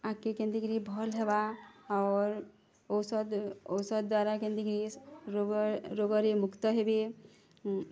ଆଗ୍କେ କେନ୍ତି କିରି ଭଲ୍ ହେବା ଔର୍ ଔଷଧ ଔଷଧ ଦ୍ୱାରା କେନ୍ତି କିରି ରୋଗ ରୋଗରେ ମୁକ୍ତ ହେବେ